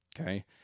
okay